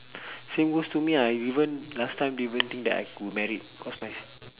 same goes to me I even last time didn't even think that I could married cause my